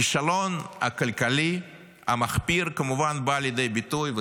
הכישלון הכלכלי המחפיר כמובן בא לידי ביטוי,